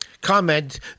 comment